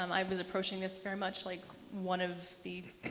um i was approaching this very much like one of the